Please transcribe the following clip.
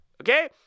Okay